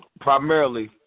Primarily